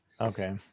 Okay